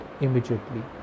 immediately